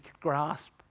grasp